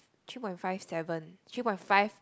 three point five seven three point five